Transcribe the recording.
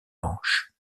manche